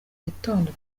gitondo